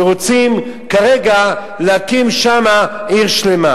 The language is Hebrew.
ורוצים כרגע להקים שם עיר שלמה.